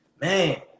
man